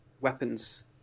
weapons